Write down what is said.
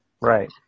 Right